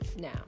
Now